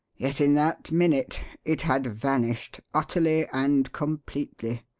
yet in that minute it had vanished, utterly and completely,